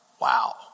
Wow